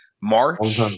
march